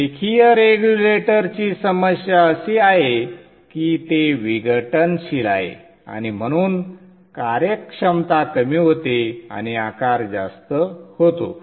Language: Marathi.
रेखीय रेग्युलेटरची समस्या अशी आहे की ते विघटनशील आहे आणि म्हणून कार्यक्षमता कमी होते आणि आकार जास्त होतो